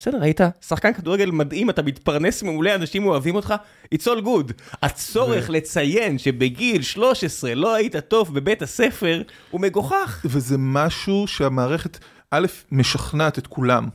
בסדר, היית שחקן כדורגל מדהים, אתה מתפרנס מעולה, אנשים אוהבים אותך. איטס אול גוד. הצורך לציין שבגיל 13 לא היית טוב בבית הספר, הוא מגוחך. וזה משהו שהמערכת, א', משכנעת את כולם.